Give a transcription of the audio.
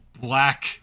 black